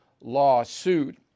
lawsuit